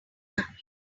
happy